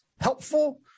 helpful